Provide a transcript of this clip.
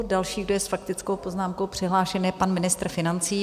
Další, kdo je s faktickou poznámkou přihlášen, je pan ministr financí.